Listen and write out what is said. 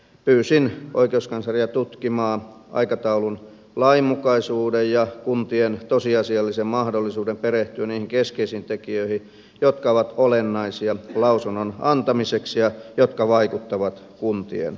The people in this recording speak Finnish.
pyysin oikeuskansleria tutkimaan aikataulun lainmukaisuuden ja kuntien tosiasiallisen mahdollisuuden perehtyä niihin keskeisiin tekijöihin jotka ovat olennaisia lausunnon antamiseksi ja jotka vaikuttavat kuntien asemaan